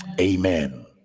Amen